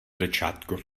začátku